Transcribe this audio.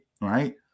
right